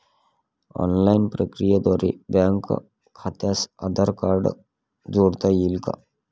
Online प्रक्रियेद्वारे bank खात्यास Aadhaar card जोडता येईल का?